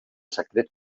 secret